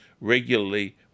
regularly